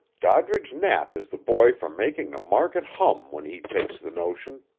doddridge knapp is the boy for making the market hum when he takes the notion.